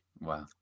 Wow